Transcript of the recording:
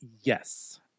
Yes